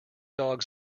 dogs